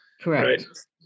Correct